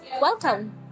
Welcome